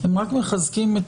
מחזקים את